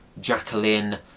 jacqueline